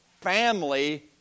family